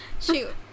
shoot